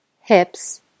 hips